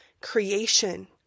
creation